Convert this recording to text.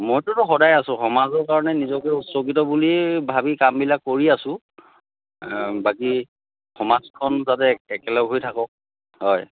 মইটোতো সদায় আছো সমাজৰ কাৰণে নিজকে উচৰ্গিত বুলি ভাবিয়ে কামবিলাক কৰি আছো বাকী সমাজখন যাতে একেলগ হৈ থাকক হয়